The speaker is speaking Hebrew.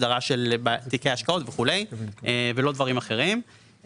הסדרה של תיקי השקעות וכולי ולא דברים אחרים.